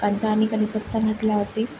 कांदा आणि काढीपत्ता घातल्यावरती